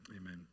Amen